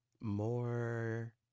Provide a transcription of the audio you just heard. more